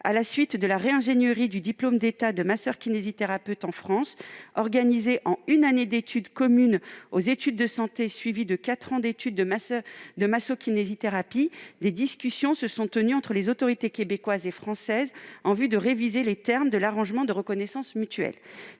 À la suite de la réingénierie du diplôme d'État de masseur-kinésithérapeute en France, organisé en une année d'études communes aux études de santé suivie de quatre ans d'études de masso-kinésithérapie, des discussions se sont tenues entre les autorités québécoises et françaises en vue de réviser les termes de l'arrangement de reconnaissance mutuelle.